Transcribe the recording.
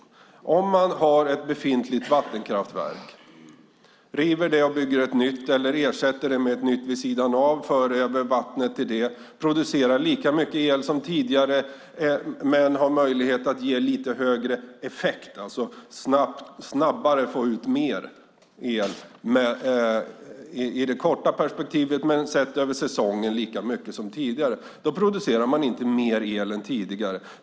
Tänk er att man har ett befintligt vattenkraftverk men river det och bygger ett nytt eller ersätter det med ett nytt vid sidan av. Man för över vattnet dit och producerar lika mycket el som tidigare men har möjlighet att ge lite högre effekt, det vill säga att snabbare få ut mer el i det korta perspektivet men sett över säsongen lika mycket som tidigare. Då producerar man inte mer el än tidigare.